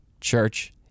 church